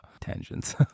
tangents